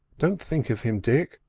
don't think of him, dick,